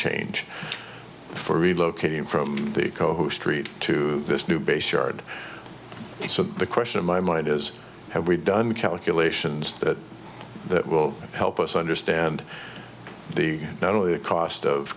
change for relocating from the coast treat to this new base yard so the question in my mind is have we done calculations that that will help us understand the not only the cost of